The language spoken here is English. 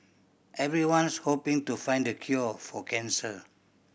everyone's hoping to find the cure for cancer